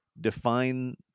define